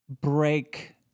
break